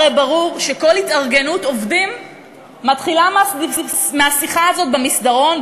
הרי ברור שכל התארגנות עובדים מתחילה מהשיחה הזאת במסדרון,